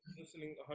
Listening